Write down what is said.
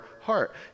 heart